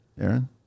Aaron